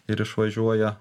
ir išvažiuoja